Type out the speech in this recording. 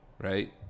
right